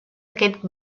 aquest